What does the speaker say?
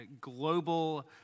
global